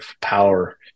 power